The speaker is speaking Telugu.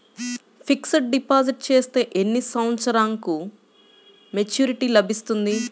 ఫిక్స్డ్ డిపాజిట్ చేస్తే ఎన్ని సంవత్సరంకు మెచూరిటీ లభిస్తుంది?